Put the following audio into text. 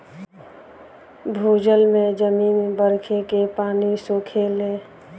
भूजल में जमीन बरखे के पानी सोखेले